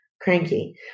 cranky